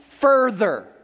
further